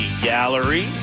Gallery